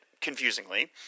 Confusingly